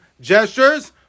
gestures